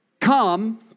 come